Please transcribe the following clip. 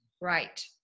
right